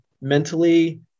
mentally